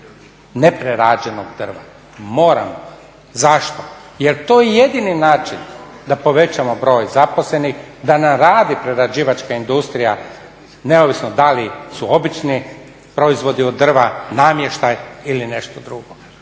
ne prerađenog drva, moramo. Zašto? Jer to je jedini način da povećamo broj zaposlenih, da nam radi prerađivačka industrija neovisno da li su obični proizvodi od drva, namještaj ili nešto drugo.